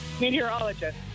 meteorologist